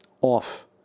off